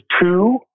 two